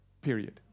period